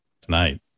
Tonight